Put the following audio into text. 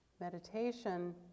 meditation